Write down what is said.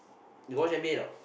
you got watch N_B_A or not